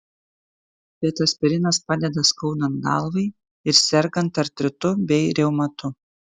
bet aspirinas padeda skaudant galvai ir sergant artritu bei reumatu